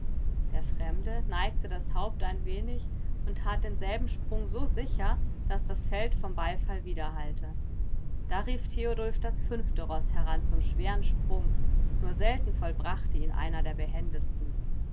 der fremde neigte das haupt ein wenig und tat denselben sprung so sicher daß das feld vom beifall widerhallte da rief theodulf das fünfte roß heran zum schweren sprung nur selten vollbrachte ihn einer der behendsten